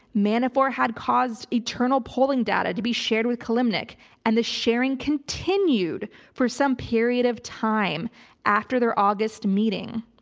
manafort had caused internal polling data to be shared with kilimnik and the sharing continued for some period of time after their august meeting.